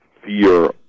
fear